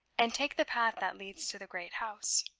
and take the path that leads to the great house.